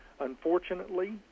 Unfortunately